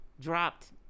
dropped